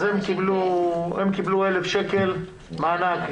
אז הם קיבלו 1,000 שקלים מענק.